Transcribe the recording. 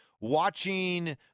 watching